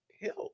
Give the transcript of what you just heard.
help